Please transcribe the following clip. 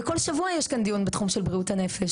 וכל שבוע יש כאן דיון בתחום של בריאות הנפש,